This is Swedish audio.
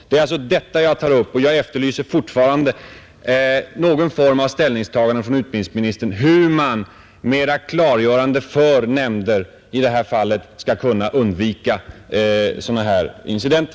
Det är alltså detta jag tar upp, och jag efterlyser fortfarande någon form av ställningstagande från utbildningsministern till hur man bättre skall kunna klargöra för nämnder hur de skall kunna undvika sådana här incidenter.